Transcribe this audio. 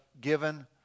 given